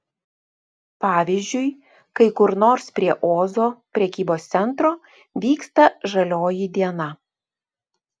pavyzdžiui kai kur nors prie ozo prekybos centro vyksta žalioji diena